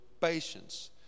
patience